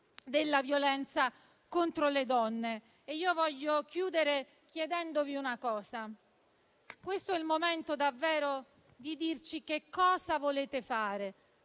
della violenza contro le donne. Voglio chiudere chiedendovi una cosa: questo è il momento, davvero, di dirci che cosa volete fare.